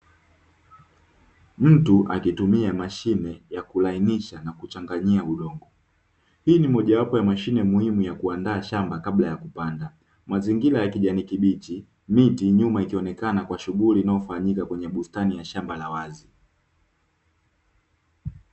Mtu akitumia mashine ya kulainisha na kuchanganyia udongo. Hii ni mojawapo ya mashine muhimu ya kuandaa shamba kabla ya kupanda mazingira ya kijani kibichi, miti nyuma ikionekana kwa shughuli inayofanyika kwenye bustani ya shamba la wazi.